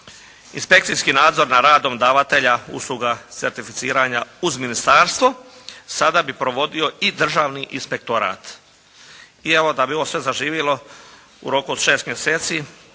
Inspekcijski nadzor na radnog davatelja usluga certificiranja uz ministarstvo, sada bi provodio i Državni inspektorat. I evo, da bi ovo sve zaživjelo u roku od 6 mjeseci